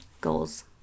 Goals